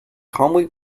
calmly